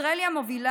ישראל היא המובילה